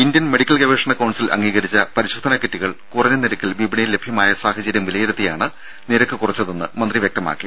Indian medical ഗവേഷണ council അംഗീകരിച്ച പരിശോധനാ കിറ്റുകൾ കുറഞ്ഞ നിരക്കിൽ വിപണിയിൽ ലഭ്യമായ സാഹചര്യം വിലയിരുത്തിയാണ് നിരക്ക് കുറച്ചതെന്ന് മന്ത്രി വ്യക്തമാക്കി